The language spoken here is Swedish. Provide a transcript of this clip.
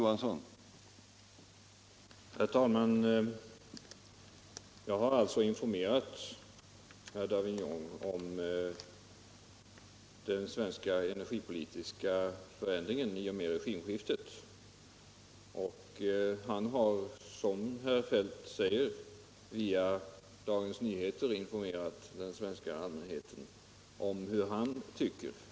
Herr talman! Jag har informerat herr Davignon om den svenska energipolitiska förändringen i och med regimskiftet, och han har, som herr Feldt säger, via Dagens Nyheter informerat den svenska allmänheten om vad han tycker.